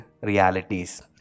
realities